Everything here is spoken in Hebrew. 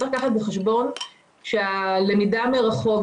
צריך לקחת בחשבון שהלמידה מרחוק,